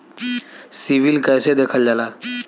CIBIL कैसे देखल जाला?